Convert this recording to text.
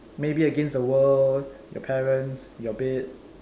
maybe against the world your parents your bed